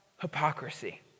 hypocrisy